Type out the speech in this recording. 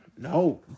No